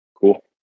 Cool